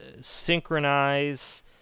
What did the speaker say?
synchronize